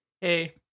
Hey